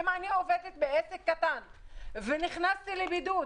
אם אני עובדת בעסק קטן ונכנסתי לבידוד,